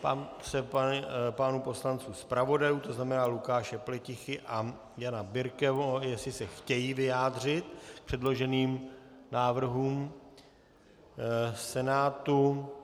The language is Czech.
Ptám se pánů poslanců zpravodajů, to znamená Lukáše Pletichy a Jana Birkeho, jestli se chtějí vyjádřit k přeloženým návrhům Senátu.